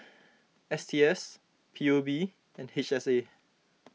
S T S P U B and H S A